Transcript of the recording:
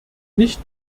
nicht